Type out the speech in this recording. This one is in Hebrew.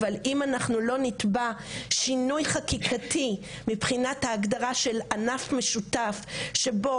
אבל אם אנחנו לא נתבע שינוי חקיקתי מבחינת ההגדרה של ענף משותף שבו